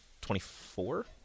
Twenty-four